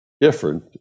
different